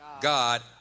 God